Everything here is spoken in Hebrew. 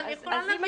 אני יכולה לומר.